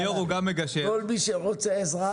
כל מי שרוצה עזרה